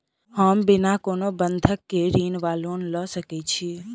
हम बिना कोनो बंधक केँ ऋण वा लोन लऽ सकै छी?